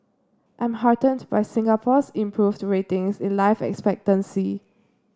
I'm heartened by Singapore's improved ratings in life expectancy